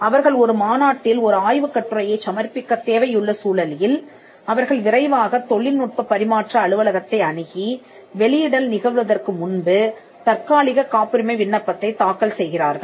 அவர்கள் ஒரு மாநாட்டில் ஒரு ஆய்வுக்கட்டுரையைச் சமர்ப்பிக்கத் தேவையுள்ள சூழ்நிலையில் அவர்கள் விரைவாகத் தொழில்நுட்பப் பரிமாற்ற அலுவலகத்தை அணுகி வெளியிடல் நிகழ்வதற்கு முன்பு தற்காலிகக் காப்புரிமை விண்ணப்பத்தைத் தாக்கல் செய்கிறார்கள்